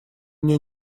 мне